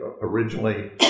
originally